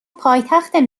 پایتخت